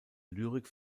lyrik